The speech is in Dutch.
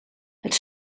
het